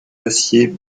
aciers